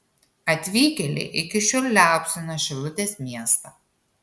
atvykėliai iki šiol liaupsina šilutės miestą